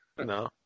No